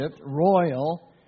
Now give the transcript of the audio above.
royal